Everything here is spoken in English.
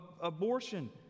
abortion